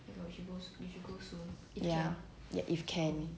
if can